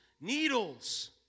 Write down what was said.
Needles